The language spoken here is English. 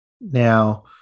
Now